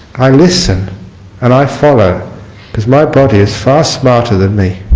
i listen and i follow because my body is far smarter than me.